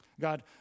God